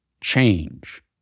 change